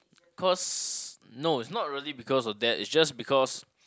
cause no it's not really because of that it's just because